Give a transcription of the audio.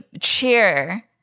cheer